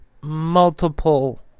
multiple